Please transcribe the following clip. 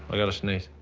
i gotta sneeze.